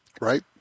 Right